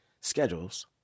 schedules